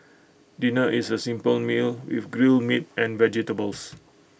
dinner is A simple meal with grilled meat and vegetables